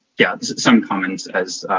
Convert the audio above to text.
yeah some comments as